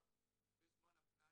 ובעיקר בזמן הפנאי,